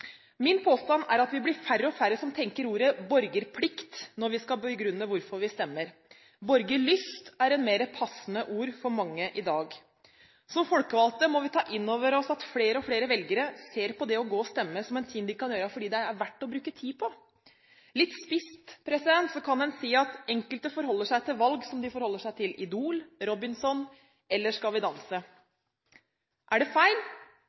Min påstand er at vi blir færre og færre som tenker ordet «borgerplikt» når vi skal begrunne hvorfor vi stemmer. «Borgerlyst» er et mer passende ord for mange i dag. Som folkevalgte må vi ta inn over oss at flere og flere velgere ser på det å gå og stemme som en ting de skal gjøre fordi de synes det er verdt å bruke tid på det. Litt spisst kan man si at enkelte forholder seg til valg som de forholder seg til Idol, Robinson eller Skal vi danse. Er det feil?